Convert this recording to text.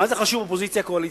מה זה חשוב אופוזיציה, קואליציה?